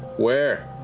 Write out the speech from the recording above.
where?